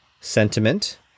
sentiment